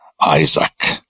Isaac